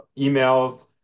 emails